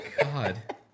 god